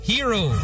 Hero